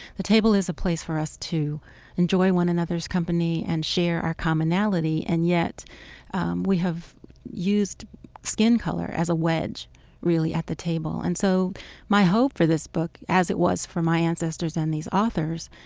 the table is a place for us to enjoy one another's company and share our commonality. and yet we have used skin color as a wedge at the table and so my hope for this book, as it was for my ancestors and these authors,